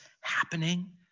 happening